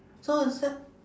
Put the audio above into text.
so I said